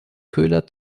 köhler